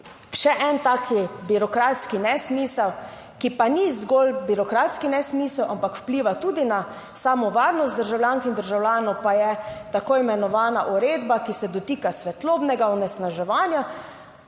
Še en tak birokratski nesmisel, ki pa ni zgolj birokratski nesmisel, ampak vpliva tudi na samo varnost državljank in državljanov, pa je tako imenovana uredba, ki se dotika svetlobnega onesnaževanja.